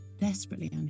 desperately